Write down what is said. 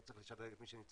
לא צריך לשדרג את מי שנמצא,